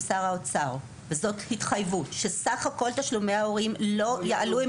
שר האוצר שסך כל תשלומי ההורים לא יעלו בעקבות העלאה הזאת.